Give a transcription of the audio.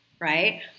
right